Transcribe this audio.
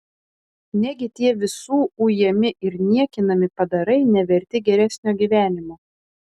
negi tie visų ujami ir niekinami padarai neverti geresnio gyvenimo